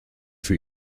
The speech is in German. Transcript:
für